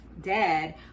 dad